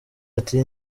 ati